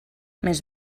més